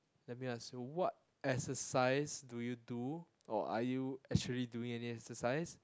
let me ask you what exercise do you do or are you actually doing any exercise